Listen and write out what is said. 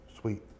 Sweet